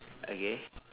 okay